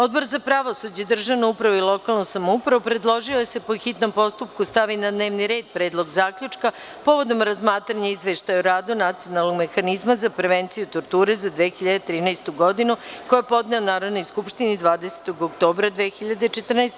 Odbor za pravosuđe, državnu upravu i lokalnu samoupravu predložio je da se po hitnom postupku stavi na dnevni red Predlog zaključka povodom razmatranja Izveštaja o radu Nacionalnog mehanizma za prevenciju torture za 2013. godinu, koji je podneo Narodnoj skupštini 20. oktobra 2014. godine.